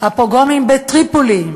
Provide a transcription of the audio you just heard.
הפוגרומים בטריפולי,